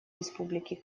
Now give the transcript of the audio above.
республики